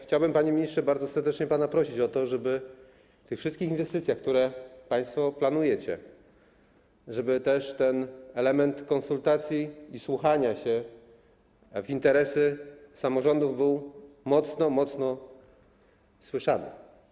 Chciałbym, panie ministrze, bardzo serdecznie prosić pana o to, żeby w tych wszystkich inwestycjach, które państwo planujecie, element konsultacji i wsłuchania się w interesy samorządów był mocno, mocno słyszany.